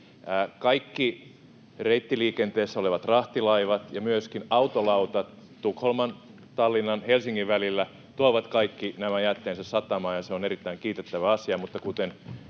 kaikki reittiliikenteessä olevat rahtilaivat ja myöskin autolautat Tukholman, Tallinnan ja Helsingin välillä tuovat kaikki nämä jätteensä satamaan, ja se on erittäin kiitettävä asia,